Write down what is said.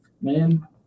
Man